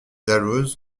dalloz